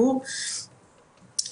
לאו דווקא מחמירה,